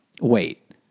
wait